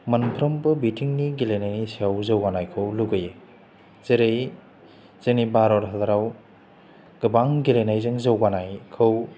मोनफ्रोमबो बिथिंनि गेलेनायनि सायाव जौगानायखौ लुगैयो जेरै जोंनि भारत हादराव गोबां गेलेनायजों जौगानायखौ